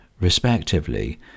respectively